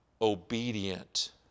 obedient